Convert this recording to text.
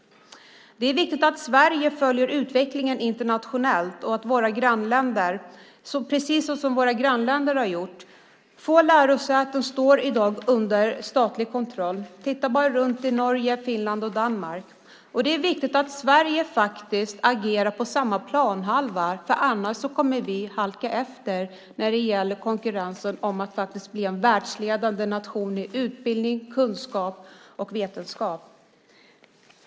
Det är viktigt att Sverige följer utvecklingen internationellt precis som våra grannländer har gjort. Få lärosäten står i dag under statlig kontroll. Titta bara på Norge, Finland och Danmark. Det är viktigt att Sverige agerar på samma planhalva, annars kommer vi att halka efter när det gäller konkurrensen om att bli en världsledande nation i utbildning, kunskap och vetenskap.